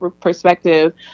perspective